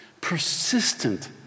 persistent